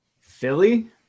Philly